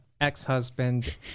ex-husband